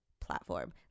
platform